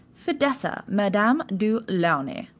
fidessa, madame du launy.